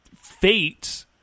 fate